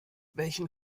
welchen